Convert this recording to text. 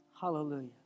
Hallelujah